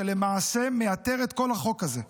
שלמעשה מייתר את כל החוק הזה,